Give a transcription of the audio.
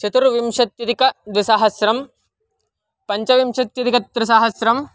चतुर्विंशत्यधिकद्विसहस्रं पञ्चविंशत्यधिकत्रिसहस्रं